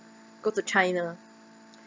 go to china